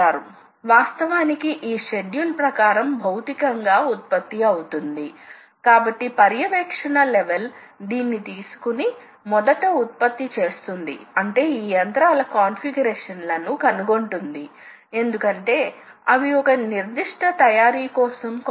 తద్వారా ఇంటర్ఫేస్ వేడెక్కదు ఎందుకంటే ఇది మెషినింగ్ నాణ్యత ను ప్రభావితం చేస్తుంది కాబట్టి శీతలకరణి మరియు అన్ని రకాల ఇతర విషయాలు ఉన్నాయి ఆటోమేషన్ కోసం మొత్తం ఆటోమేషన్ సెటప్లు ఉన్నాయి ఇక్కడ ఎవరైనా ప్రోగ్రామ్ ప్రవేశపెట్టవచ్చు